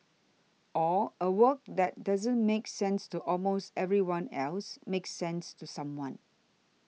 or a work that doesn't make sense to almost everyone else makes sense to someone